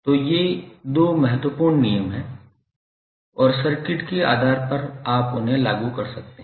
तो ये 2 महत्वपूर्ण नियम हैं और सर्किट के आधार पर आप उन्हें लागू कर सकते हैं